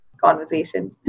conversation